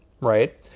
right